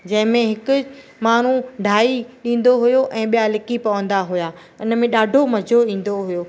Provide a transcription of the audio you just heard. जंहिंमें हिकु माण्हू ढाई ॾींदो हुओ ऐं ॿिया लिकी पवंदा हुआ उन में ॾाढो मज़ो ईंदो हुओ